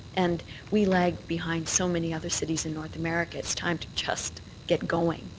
and we lag behind so many other cities in north america. it's time to just get going.